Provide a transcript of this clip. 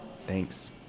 Thanks